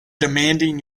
demanding